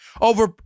over